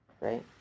Right